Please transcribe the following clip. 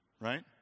right